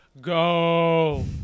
go